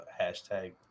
hashtag